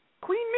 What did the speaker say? Queen